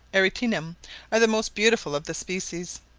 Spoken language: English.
arietinum are the most beautiful of the species.